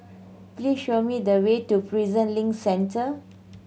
please show me the way to Prison Link Centre